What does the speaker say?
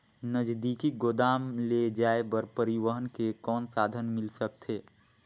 नजदीकी गोदाम ले जाय बर परिवहन के कौन साधन मिल सकथे?